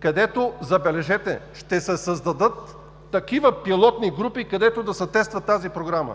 където, забележете, ще се създадат такива пилотни групи, където да се тества тази програма.